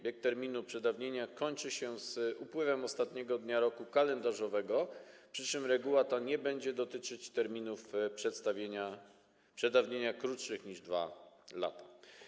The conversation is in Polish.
Bieg terminu przedawnienia kończy się z upływem ostatniego dnia roku kalendarzowego, przy czym reguła ta nie będzie dotyczyć terminów przedawnienia krótszych niż 2 lata.